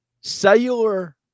cellular